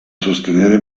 sostenere